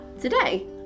today